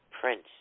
Prince